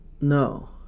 No